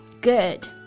good